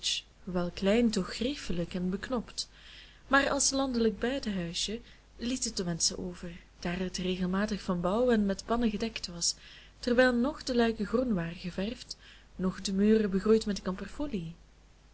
hoewel klein toch geriefelijk en beknopt maar als landelijk buitenhuisje liet het te wenschen over daar het regelmatig van bouw en met pannen gedekt was terwijl noch de luiken groen waren geverfd noch de muren begroeid met